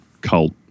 cult